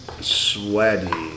sweaty